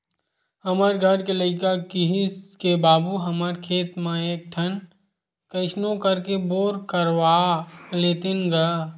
हमर घर के लइका किहिस के बाबू हमर खेत म एक ठन कइसनो करके बोर करवा लेतेन गा